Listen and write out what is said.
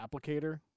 applicator